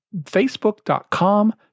facebook.com